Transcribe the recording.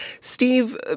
Steve